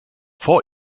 vor